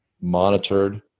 monitored